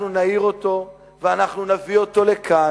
אנחנו נעיר אותו, ואנחנו נביא אותו לכאן,